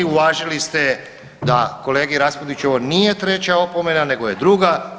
Uvažili ste da kolegi Raspudiću ovo nije treća opomena, nego je druga.